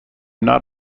not